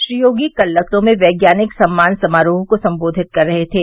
श्री योगी कल लखनऊ में वैज्ञानिक सम्मान समारोह को संबोधित कर रहे थे